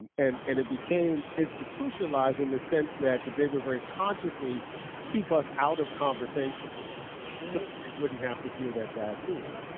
and and and it became institutionalized in the sense that that they would very consciously keep us out of conversations, so they wouldn't have to hear that bad news.